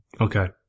Okay